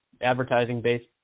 advertising-based